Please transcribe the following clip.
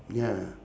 ya